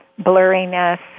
blurriness